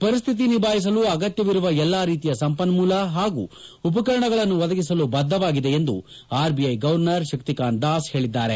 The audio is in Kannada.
ಪರಿಸ್ವಿತಿಯನ್ನು ನಿಭಾಯಿಸಲು ಅಗತ್ತವಿರುವ ಎಲ್ಲಾ ರೀತಿಯ ಸಂಪನ್ನೂಲ ಹಾಗೂ ಉಪಕರಣಗಳನ್ನು ಒದಗಿಸಲು ಬದ್ದವಾಗಿದೆ ಎಂದು ಆರ್ಬಿಐ ಗನರ್ವರ್ ಶಕ್ತಿಕಾಂತ್ ದಾಸ್ ಹೇಳಿದ್ದಾರೆ